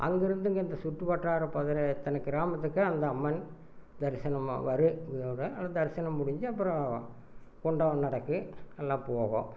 அங்கேருந்து இங்கே இந்த சுற்று வட்டார பகுதில இத்தன கிராமத்துக்கு அந்த அம்மன் தரிசனம் ஆவாரு இதோட தரிசனம் முடிஞ்சு அப்புறம் குண்டகம் நடக்கும் எல்லா போவோம்